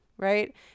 Right